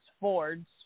Fords